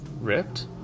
ripped